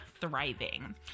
thriving